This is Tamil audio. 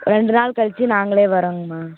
ரெண்டு நாள் கழிச்சு நாங்களே வரோங்கமா